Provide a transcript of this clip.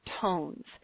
tones